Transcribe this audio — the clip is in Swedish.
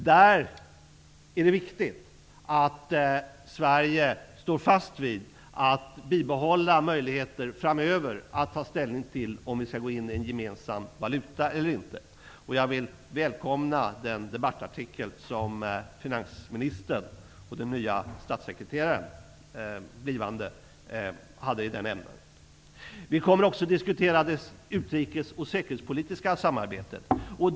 Det är viktigt att Sverige bibehåller möjligheten att framöver ta ställning till om vi skall ha en gemensam valuta eller inte. Jag vill välkomna den debattartikel som finansministern och den blivande statssekreteraren skrev i det ämnet. Vi kommer också att diskutera det utrikes och säkerhetspolitiska samarbetet.